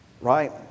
right